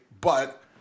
But-